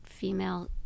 female